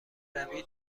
روی